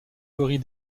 théorie